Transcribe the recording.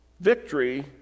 Victory